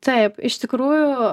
taip iš tikrųjų